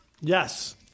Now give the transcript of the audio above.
Yes